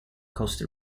costa